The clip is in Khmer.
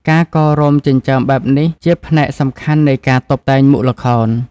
ការកោររោមចិញ្ចើមបែបនេះ ជាផ្នែកសំខាន់នៃការតុបតែងមុខល្ខោន។